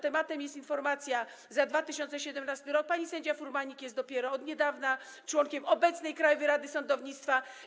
Tematem jest informacja za 2017 r., pani sędzia Furmanik jest dopiero od niedawna członkiem obecnej Krajowej Rady Sądownictwa.